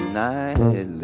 night